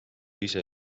ise